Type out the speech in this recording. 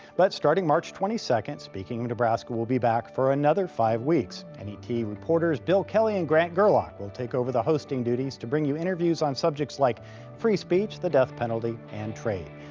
but starting march twenty second, speaking of nebraska will be back for another five weeks. and net reporters bill kelly and grant gerlock will take over the hosting duties to bring you interviews on subjects like free speech, the death penalty and trade.